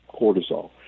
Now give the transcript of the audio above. cortisol